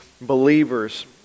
believers